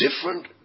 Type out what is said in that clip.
Different